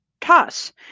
toss